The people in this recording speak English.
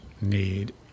need